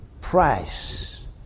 price